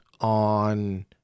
on